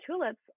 tulips